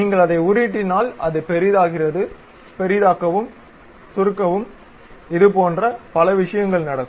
நீங்கள் அதை உருட்டினால் அது பெரிதாக்குகிறது பெரிதாக்கவும் சுருக்கவும் இது போன்ற விஷயங்கள் நடக்கும்